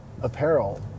apparel